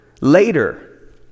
later